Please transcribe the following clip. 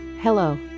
Hello